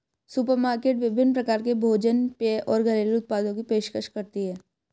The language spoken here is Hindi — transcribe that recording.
सुपरमार्केट विभिन्न प्रकार के भोजन पेय और घरेलू उत्पादों की पेशकश करती है